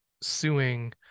suing